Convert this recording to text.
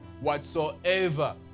whatsoever